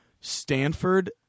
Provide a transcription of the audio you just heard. Stanford –